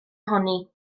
ohoni